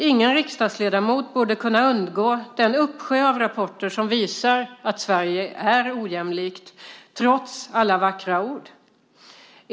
Ingen riksdagsledamot borde kunna undgå den uppsjö av rapporter som visar att Sverige är ojämlikt trots alla vackra ord.